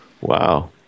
Wow